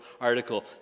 article